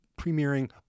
premiering